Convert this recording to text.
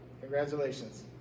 congratulations